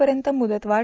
पर्यंत मुदत वाढ